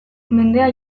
mendea